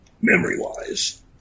memory-wise